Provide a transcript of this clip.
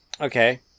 Okay